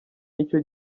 nicyo